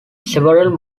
several